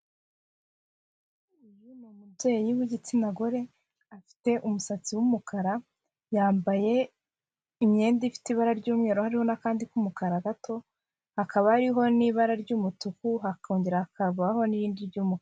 Uyu ni umubyeyi w'igitsinagore, afite umusatsi w'umukara, yambaye imyenda ifite ibara ry'umweru hariho n'akandi k'umukara gato, hakaba hariho n'ibara ry'umutuku, hakongera hakabaho n'irindi ry'umu.